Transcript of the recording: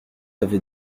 avait